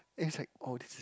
and it's like